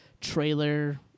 trailer